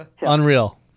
Unreal